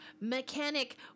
mechanic